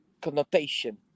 connotation